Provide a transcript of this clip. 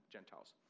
Gentiles